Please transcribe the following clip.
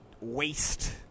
waste